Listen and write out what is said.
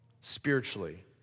spiritually